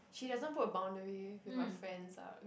she doesn't put a boundary with her friends ah